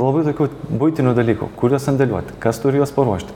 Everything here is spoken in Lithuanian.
labai tokių buitinių dalykų kur juos sandėliuoti kas turi juos paruošti